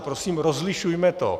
Prosím, rozlišujme to.